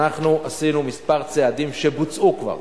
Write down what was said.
אנחנו עשינו כמה צעדים שבוצעו כבר,